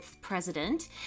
President